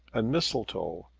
and mistletoe.